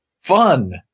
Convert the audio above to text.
fun